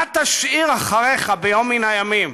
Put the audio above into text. מה תשאיר אחריך ביום מן הימים?